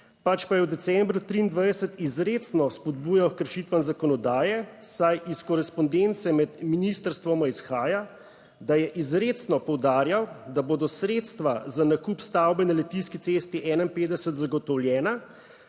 pač pa je v decembru 2023 izrecno spodbujal h kršitvam zakonodaje, saj iz korespondence med ministrstvoma izhaja, da je izrecno poudarjal, da bodo sredstva za nakup stavbe na Litijski cesti 51 zagotovljena